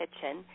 kitchen